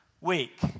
week